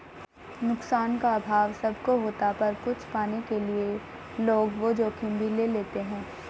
नुकसान का अभाव सब को होता पर कुछ पाने के लिए लोग वो जोखिम भी ले लेते है